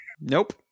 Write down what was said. Nope